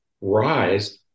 rise